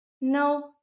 No